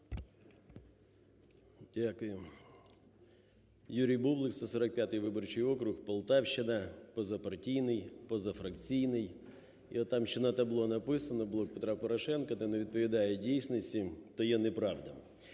Дякую. Юрій Бублик, 145 виборчий округ, Полтавщина, позапартійний, позафракційний і там ще на табло написано "Блок Петра Порошенка", то не відповідає дійсності, то є неправда.